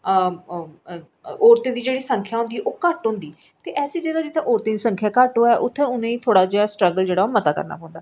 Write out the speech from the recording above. औरतैं दी जेह्ड़ी संख्या होंदी ओह् घट होंदी ते ऐसी जगह् जित्थैं औरतें दी जगह् घट होऐ उत्थैं उनै गी स्ट्रगल जेह्ड़ा ऐ थोह्ड़ा मत्ता जैदा करना पौंदा